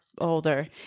older